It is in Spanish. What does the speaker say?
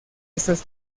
estas